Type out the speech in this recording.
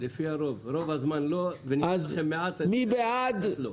מי בעד?